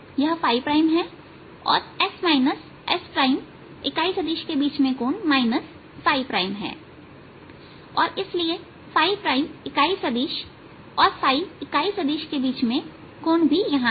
यह प्राइम है और s और s प्राइम इकाई सदिश के बीच में कोण है और इसलिए प्राइम इकाई सदिशऔर इकाई सदिश के बीच में कोण भी यह है